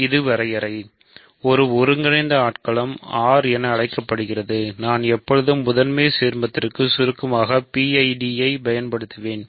இது வரையறை ஒரு ஒருங்கிணைந்த ஆட்களம் R என அழைக்கப்படுகிறது நான் எப்போதும் முதன்மை சீர்மகளத்திற்கு சுருக்கமான PID ஐப் பயன்படுத்துவேன்